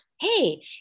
hey